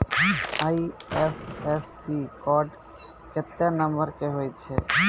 IFSC code केत्ते number के होय छै